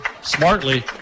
smartly